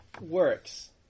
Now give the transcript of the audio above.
works